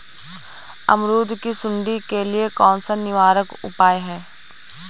अमरूद की सुंडी के लिए कौन सा निवारक उपाय है?